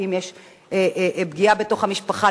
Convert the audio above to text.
כי אם יש פגיעה בתוך המשפחה,